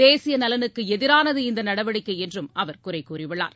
தேசிய நலனுக்கு எதிரானது இந்த நடவடிக்கை என்றும் அவர் குறை கூறியுள்ளார்